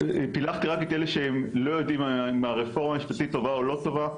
פילחתי רק את אלה שהם לא יודעים מהרפורמה המשפטית טובה או לא טובה,